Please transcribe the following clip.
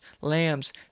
lambs